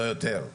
לא יותר.